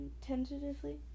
tentatively